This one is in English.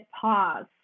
pause